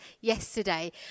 yesterday